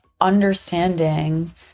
understanding